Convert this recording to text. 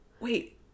Wait